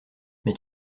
mais